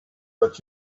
that